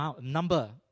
number